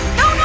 no